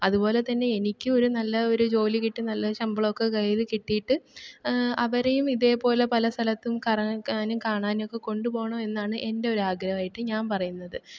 അതുപോലെതന്നെ എനിക്ക് ഒരു നല്ല ഒരു ജോലി കിട്ടി നല്ല ഒരു ശമ്പളമൊക്കെ കയ്യില് കിട്ടിയിട്ട് അവരെയും ഇതേപോലെ പല സ്ഥലത്തും കറങ്ങാനും കാണാനുമൊക്കെ കൊണ്ടുപോകണം എന്നാണ് എൻറെ ഒരു ആഗ്രഹമായിട്ട് ഞാൻ പറയുന്നത്